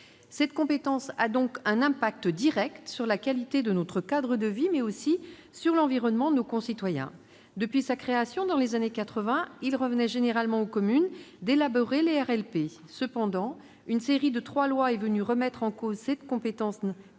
Cette compétence a donc un impact direct sur la qualité de notre cadre de vie, mais aussi sur l'environnement. Depuis sa création dans les années 1980, il revenait généralement aux communes d'élaborer les RLP. Cependant, une série de trois lois est venue remettre en cause cette compétence communale.